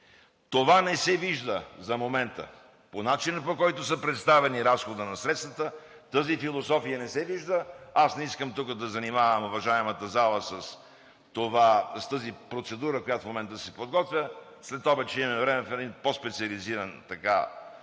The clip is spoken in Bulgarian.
Това не се вижда за момента по начина, по който е представен разходът на средствата – тази философия не се вижда. Не искам тук да занимавам уважаемата зала с тази процедура, която в момента се подготвя. Следобед ще имаме време в една по-специализирана аудитория